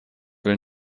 will